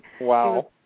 Wow